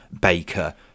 Baker